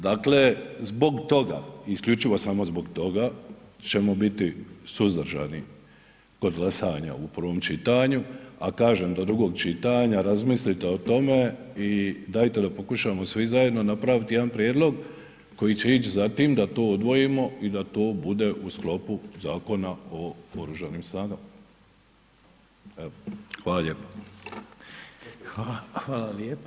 Dakle, zbog toga i isključivo samo zbog toga ćemo biti suzdržani kod glasanja u prvom čitanju, a kažem do drugog čitanja razmislite o tome i dajte da pokušamo svi zajedno napraviti jedan prijedlog koji će ić za tim da to odvojimo i da to bude u sklopu Zakona o oružanim snagama, evo hvala lijepo.